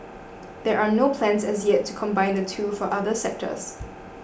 there are no plans as yet to combine the two for other sectors